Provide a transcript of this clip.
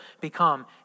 become